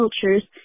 cultures